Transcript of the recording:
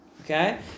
Okay